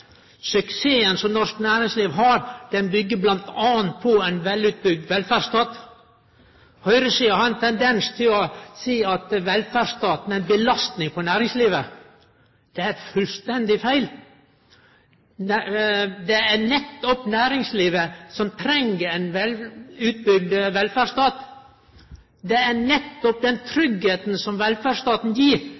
suksessen som norsk næringsliv har. Suksessen som norsk næringsliv har, byggjer bl.a. på ein velutbygd velferdsstat. Høgresida har ein tendens til å seie at velferdsstaten er ei belasting for næringslivet. Det er fullstendig feil. Det er nettopp næringslivet som treng ein velutbygd velferdsstat. Det er nettopp den tryggleiken som velferdsstaten gir,